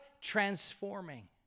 transforming